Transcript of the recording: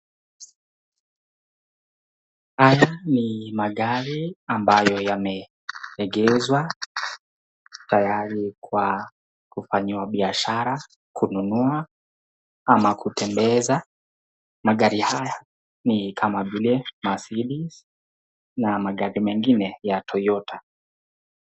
Haya ni magari ambayo yameegezwa tayari kwa kufanyiwa biashara kununua ama kutembeza. Magari haya ni kama vile Mercedes na magari mengine ya Toyota.